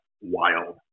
wild